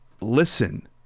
listen